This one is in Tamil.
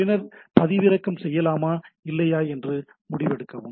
பின்னர் பதிவிறக்கம் செய்யலாமா இல்லையா என்று முடிவு எடுக்கவும்